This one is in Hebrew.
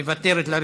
מוותרת,